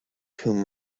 whom